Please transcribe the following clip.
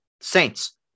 Saints